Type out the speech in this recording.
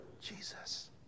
Jesus